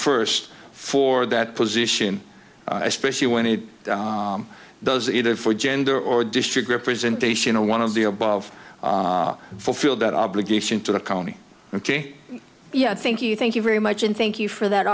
first for that position especially when it does either for gender or district representation or one of the above fulfill that obligation to the county ok yeah thank you thank you very much and thank you for that